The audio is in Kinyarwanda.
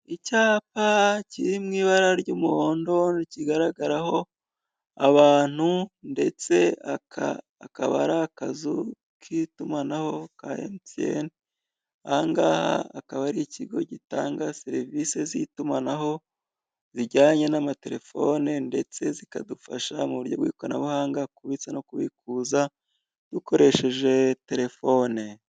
Icyapa kiri mu ibara ry'umuhondo kigaragaraho abantu ndetse akaba ari akazu k'itumanaho ka Emutiyeni aha ngaha akaba ari ikigo gitanga serivisi z'itumanaho zijyanye n'amatelefone ndetse zikadufasha mu buryo bw'ikoranabuhanga kubitsa no kwikuza dukoresheje telefone.